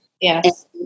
Yes